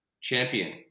champion